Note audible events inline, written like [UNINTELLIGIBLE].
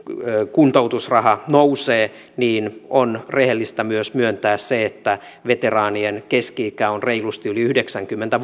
kuntoutusraha ehkä nousee niin on rehellistä myös myöntää se että veteraanien keski ikä on reilusti yli yhdeksänkymmentä [UNINTELLIGIBLE]